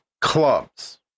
Clubs